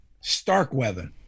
starkweather